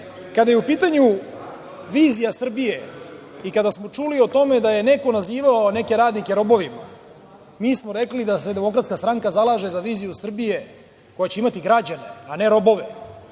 je u pitanju vizija Srbije i kada smo čuli o tome da je neko nazivao neke radnike robovima, mi smo rekli da se DS zalaže za viziju Srbije koja će imati građane, a ne robove,